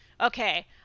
okay